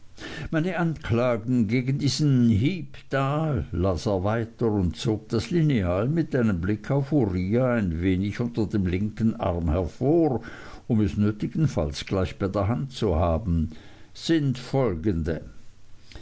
meine anklagen gegen diesen heep da las er weiter und zog das lineal mit einem blick auf uriah ein wenig unter dem linken arm hervor um es nötigenfalls gleich bei der hand zu haben sind folgende